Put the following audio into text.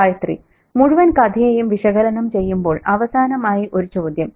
ഗായത്രി മുഴുവൻ കഥയെയും വിശകലനം ചെയ്യുമ്പോൾ അവസാനമായി ഒരു ചോദ്യം